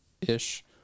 ish